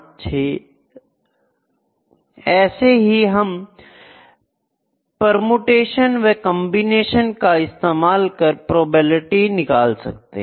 ऐसे ही हम परमोटेशन व कंबीनेशन का इस्तेमाल करके प्रोबेबिलिटी निकाल सकते हैं